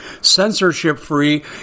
censorship-free